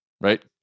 right